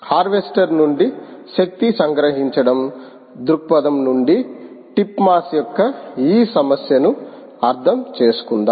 హార్వెస్ట నుండి శక్తి సంగ్రహించడం దృక్పథం నుండి టిప్ మాస్యొక్క ఈ సమస్యను అర్థం చేసుకుందాం